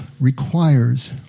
requires